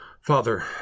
Father